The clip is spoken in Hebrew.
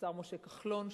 משה כחלון,